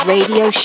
Radio